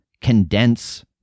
condense